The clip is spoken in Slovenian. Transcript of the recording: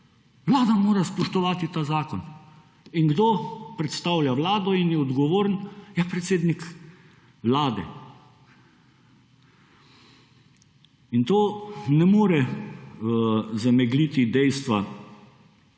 Vlada mora spoštovati ta zakon. In kdo predstavlja vlado in je odgovoren? Ja, predsednik vlade. In to ne more zamegliti dejstva, da